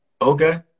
Okay